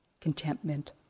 contentment